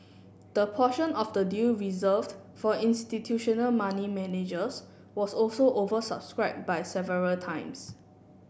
the portion of the deal reserved for institutional money managers was also oversubscribed by several times